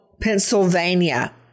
Pennsylvania